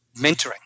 mentoring